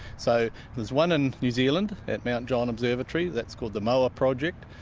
so there's one in new zealand at mt john observatory, that's called the moa project,